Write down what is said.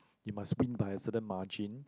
you must win by a certain margin